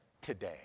today